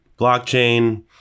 blockchain